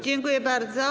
Dziękuję bardzo.